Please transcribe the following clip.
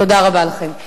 תודה רבה לכם.